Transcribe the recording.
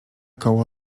koło